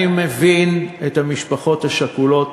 אני מבין את המשפחות השכולות